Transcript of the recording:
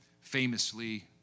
famously